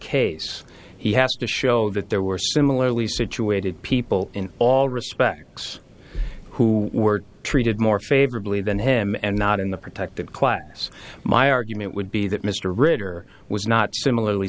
case he has to show that there were similarly situated people in all respects who were treated more favorably than him and not in the protected class my argument would be that mr ritter was not similarly